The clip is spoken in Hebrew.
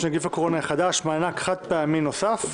הוראת שעה נגיף הקורונה החדש)(מענק חד פעמי נוסף),